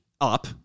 up